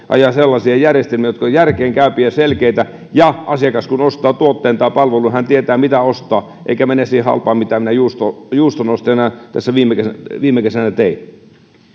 ajaa sellaisia järjestelmiä jotka ovat järkeenkäypiä ja selkeitä ja asiakas kun ostaa tuotteen tai palvelun hän tietää mitä ostaa eikä mene siihen halpaan mitä minä juuston juuston ostajana tässä viime kesänä